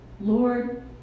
Lord